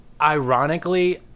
Ironically